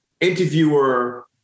Interviewer